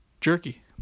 Jerky